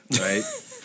Right